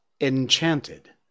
Enchanted